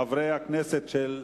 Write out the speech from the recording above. חברי הכנסת של חד"ש,